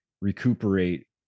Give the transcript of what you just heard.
recuperate